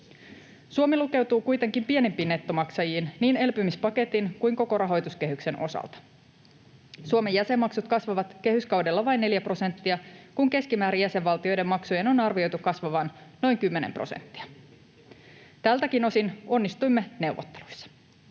Suomi lukeutuu kuitenkin pienimpiin nettomaksajiin niin elpymispaketin kuin koko rahoituskehyksen osalta. Suomen jäsenmaksut kasvavat kehyskaudella vain 4 prosenttia, kun keskimäärin jäsenvaltioiden maksujen on arvioitu kasvavan noin 10 prosenttia. Tältäkin osin onnistuimme neuvotteluissa.